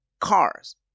cars